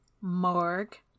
Morg